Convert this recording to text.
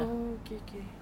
oh okay okay